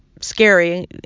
scary